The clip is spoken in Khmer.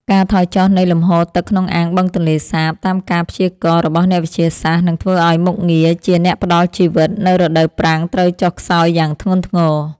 ការថយចុះនៃលំហូរទឹកក្នុងអាងបឹងទន្លេសាបតាមការព្យាករណ៍របស់អ្នកវិទ្យាសាស្ត្រ នឹងធ្វើឱ្យមុខងារជា អ្នកផ្តល់ជីវិត នៅរដូវប្រាំងត្រូវចុះខ្សោយយ៉ាងធ្ងន់ធ្ងរ